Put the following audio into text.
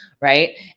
Right